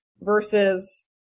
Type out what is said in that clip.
versus